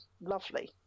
Lovely